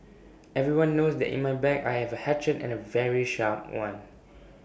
everyone knows that in my bag I have A hatchet and A very sharp one